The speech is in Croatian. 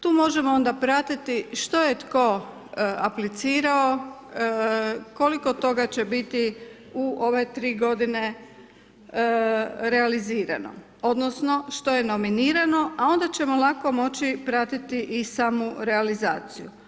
Tu možemo onda pratiti što je tko aplicirao, koliko toga će biti u ove 3 g. realizirano, odnosno, što je nominirano, a onda ćemo lako moći pratiti i samu realizaciju.